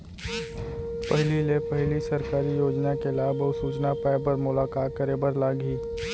पहिले ले पहिली सरकारी योजना के लाभ अऊ सूचना पाए बर मोला का करे बर लागही?